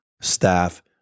staff